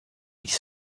ils